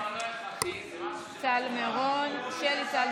טל מירון.